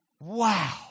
Wow